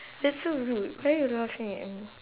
that's so rude why you laughing at me